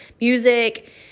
music